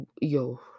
yo